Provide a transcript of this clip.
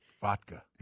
Vodka